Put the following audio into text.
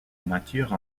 nature